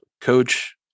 coach